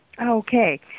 Okay